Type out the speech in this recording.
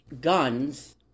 guns